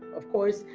of course,